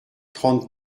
trente